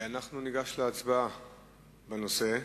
אנחנו ניגש להצבעה בנושא.